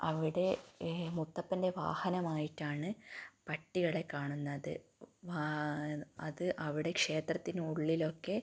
അവിടെ മുത്തപ്പൻ്റെ വാഹനമായിട്ടാണ് പട്ടികളെ കാണുന്നത് അത് അവിടെ ക്ഷേത്രത്തിനുള്ളിലൊക്കെ